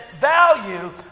value